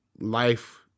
life